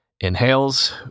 Inhales